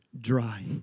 dry